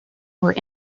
were